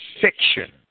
fiction